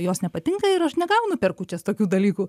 jos nepatinka ir aš negaunu per kūčias tokių dalykų